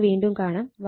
നമുക്ക് വീണ്ടും കാണാം